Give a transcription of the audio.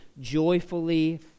joyfully